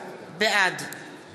בעד שלי יחימוביץ,